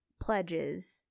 pledges